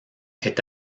est